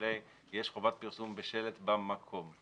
יש חובת פרסום בשלט במקום.